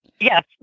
yes